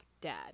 dad